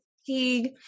fatigue